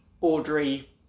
Audrey